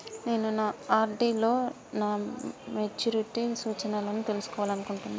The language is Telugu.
నేను నా ఆర్.డి లో నా మెచ్యూరిటీ సూచనలను తెలుసుకోవాలనుకుంటున్నా